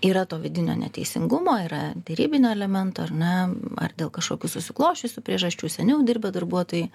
yra to vidinio neteisingumo yra derybinio elemento ar ne ar dėl kažkokių susiklosčiusių priežasčių seniau dirbę darbuotojai